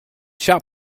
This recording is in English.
shop